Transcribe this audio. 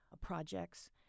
projects